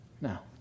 now